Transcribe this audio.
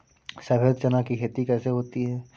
सफेद चना की खेती कैसे होती है?